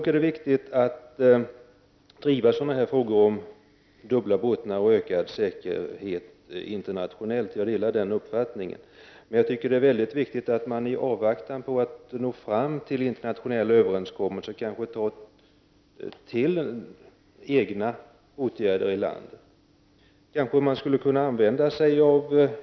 Det är viktigt att driva frågor om fartyg med dubbla bottnar och om ökad säkerhet internationellt. Men det är också väldigt viktigt att vi, i avvaktan på internationella överenskommelser, själva vidtar åtgärder.